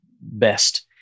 best